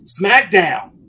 SmackDown